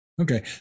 Okay